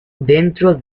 dentro